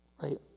Right